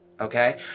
Okay